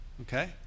okay